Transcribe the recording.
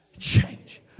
Change